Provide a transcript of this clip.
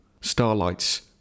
Starlight's